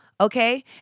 Okay